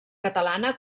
catalana